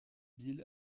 bill